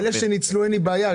אלה שניצלו, אין לי בעיה.